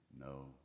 no